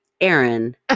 Aaron